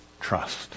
trust